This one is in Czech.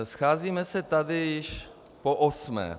Scházíme se tady již poosmé.